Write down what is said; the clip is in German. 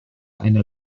eine